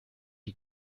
die